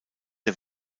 der